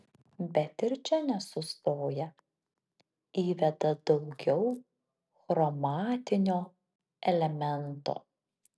bet ir čia nesustoja įveda daugiau chromatinio elemento